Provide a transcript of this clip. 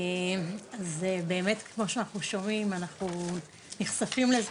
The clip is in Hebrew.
אז באמת כמו שאנחנו שומעים, אנחנו נחשפים לזה